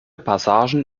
passagen